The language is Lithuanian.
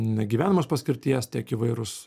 negyvenamos paskirties tiek įvairūs